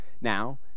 Now